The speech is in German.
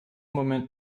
moment